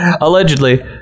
Allegedly